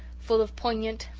full of poignant,